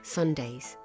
Sundays